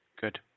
Good